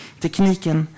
tekniken